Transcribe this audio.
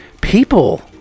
people